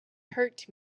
hurt